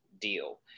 deal